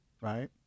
right